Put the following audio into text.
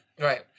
Right